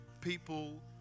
people